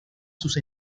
sus